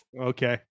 Okay